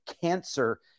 cancer